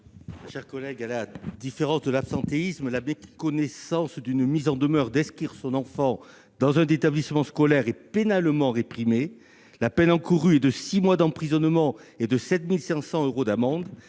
la commission ? À la différence de l'absentéisme, la méconnaissance d'une mise en demeure d'inscrire son enfant dans un établissement scolaire est pénalement réprimée. La peine encourue est de six mois d'emprisonnement et de 7 500 euros d'amende.